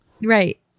Right